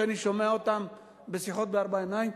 שאני שומע בשיחות בארבע עיניים,